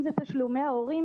אם זה תשלומי ההורים,